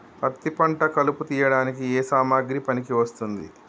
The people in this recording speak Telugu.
పత్తి పంట కలుపు తీయడానికి ఏ సామాగ్రి పనికి వస్తుంది?